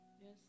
Yes